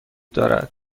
دارد